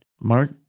Mark